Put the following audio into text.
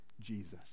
Jesus